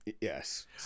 Yes